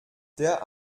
der